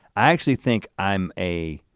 i actually think i'm a,